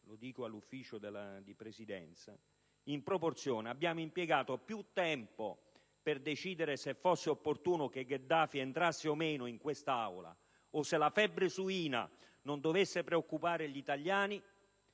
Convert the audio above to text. lo dico alla Conferenza dei Capigruppo - in proporzione abbiamo impiegato più tempo per decidere se fosse opportuno che Gheddafi entrasse o meno in quest'Aula o se la febbre suina non dovesse preoccupare gli italiani